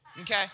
Okay